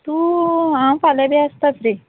तूं हांव फाल्यां बी आसता फ्री